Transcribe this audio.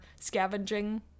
scavenging